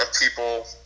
people